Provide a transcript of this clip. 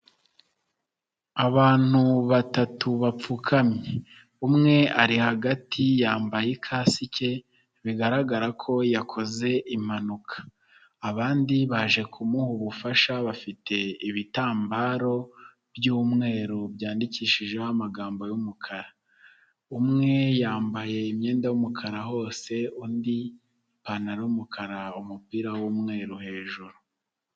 Abantu batatu bapfukamye umwe ari hagati yambaye ikasike bigaragara ko yakoze impanuka, abandi baje kumuha ubufasha bafite ibitambaro by'umweru byandikishijeho amagambo y'umukara, umwe yambaye imyenda y'umukara hose undi ipantaro y'umukara umupira w'umweru hejuru.